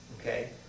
okay